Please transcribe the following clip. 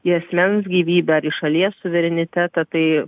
į asmens gyvybę ar į šalies suverenitetą tai